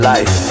Life